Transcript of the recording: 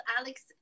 Alex